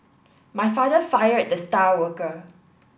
my father fired the star worker